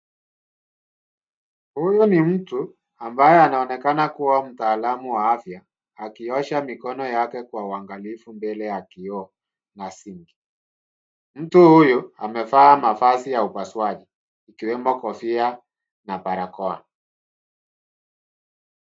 Huyu ni mtu ambaye anaonekana kuwa mtaalamu wa afya akiosha mikono yake kwa uangalifu mbele ya kioo na sinki. Mtu huyu amevaa mavazi ya upasuaji ikiwemo kofia na barakoa.